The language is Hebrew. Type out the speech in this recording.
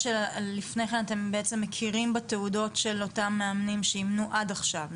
לפני כן אתם מכירים בתעודות של אותם מאמנים שאימנו עד עכשיו,